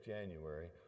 January